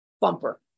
bumper